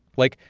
like,